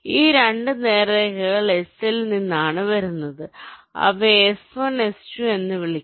ഈ 2 നേർരേഖകൾ S ൽ നിന്നാണ് വരുന്നത് അവയെ S1 S2 എന്ന് വിളിക്കുക